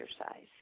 exercise